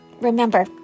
Remember